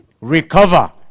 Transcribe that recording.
recover